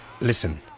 Listen